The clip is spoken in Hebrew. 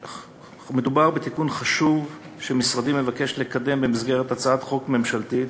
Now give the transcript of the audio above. מדובר בתיקון חשוב שמשרדי מבקש לקדם במסגרת הצעת חוק ממשלתית,